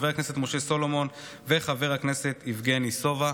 חבר הכנסת משה סולומון וחבר הכנסת יבגני סובה.